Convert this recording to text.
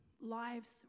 lives